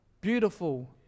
beautiful